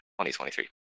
2023